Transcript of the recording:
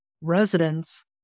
Residents